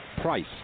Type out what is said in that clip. Price